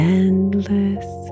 endless